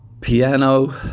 piano